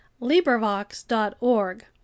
LibriVox.org